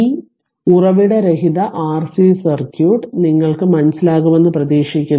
ഈ ഉറവിട രഹിത RC സർക്യൂട്ട് നിങ്ങൾക്ക് മനസ്സിലാകുമെന്ന് പ്രതീക്ഷിക്കുന്നു